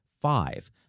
five